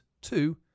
two